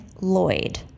Lloyd